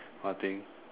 I think